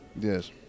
Yes